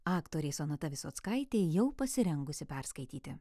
aktorė sonata visockaitė jau pasirengusi perskaityti